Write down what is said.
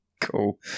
Cool